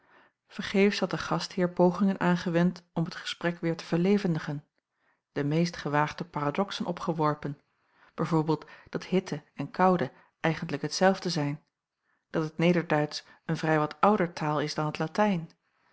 vergeefs had de gastheer pogingen aangewend om het gesprek weêr te verlevendigen de meest gewaagde paradoxen opgeworpen b v dat hitte en koude eigentlijk hetzelfde zijn dat het nederduitsch een vrij wat ouder taal is dan t latijn